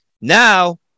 Now